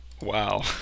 Wow